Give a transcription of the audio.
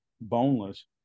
boneless